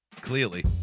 clearly